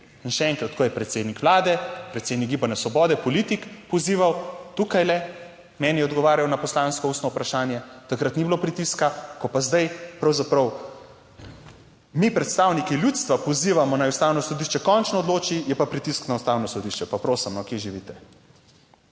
še enkrat, ko je predsednik Vlade, predsednik Gibanja Svobode politik pozival, tukajle meni je odgovarjal na poslansko ustno vprašanje, takrat ni bilo pritiska, ko pa zdaj pravzaprav mi predstavniki ljudstva pozivamo, naj Ustavno sodišče končno odloči, je pa pritisk na Ustavno sodišče. Pa prosim, no, kje živite?